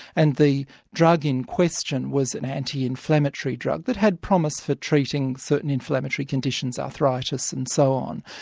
and the drug in question was an anti-inflammatory drug that had promise for treating certain inflammatory conditions arthritis, and so on.